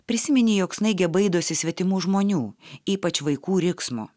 prisiminė jog snaigė baidosi svetimų žmonių ypač vaikų riksmo